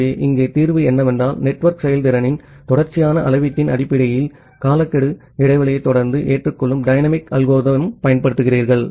ஆகவே இங்கே தீர்வு என்னவென்றால் நெட்வொர்க் செயல்திறனின் தொடர்ச்சியான அளவீட்டின் அடிப்படையில் காலக்கெடு இடைவெளியைத் தொடர்ந்து ஏற்றுக்கொள்ளும் dynamic அல்கோரிதம் ப் பயன்படுத்துகிறீர்கள்